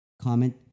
comment